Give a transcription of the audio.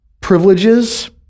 privileges